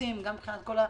גם מבחינת המטוסים,